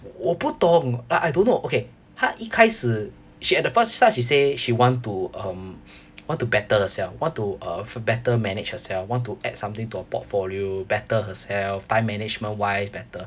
我不懂 I I don't know okay 她一开始 she at the first start she say she want to um want to better herself want to uh better manage herself want to add something to her portfolio better herself time management wise better